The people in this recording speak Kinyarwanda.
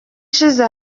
ishize